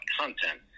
content